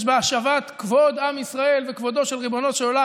יש בה השבת כבוד עם ישראל וכבודו של ריבונו של עולם,